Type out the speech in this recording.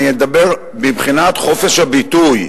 אני מדבר מבחינת חופש הביטוי,